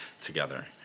together